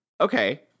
Okay